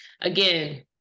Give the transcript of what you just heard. Again